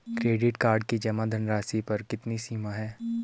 Credit card की जमा धनराशि पर कितनी सीमा है?